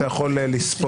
אתה יכול לספור.